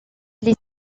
les